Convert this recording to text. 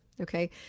okay